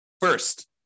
First